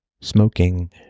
smoking